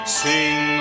sing